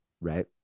Right